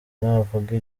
ntavuga